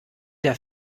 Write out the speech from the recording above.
der